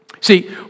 See